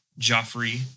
Joffrey